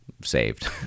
saved